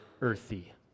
earthy